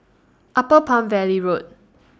Upper Palm Valley Road